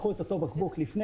קחו את אותו בקבוק לפני,